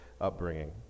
upbringing